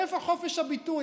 איפה חופש הביטוי?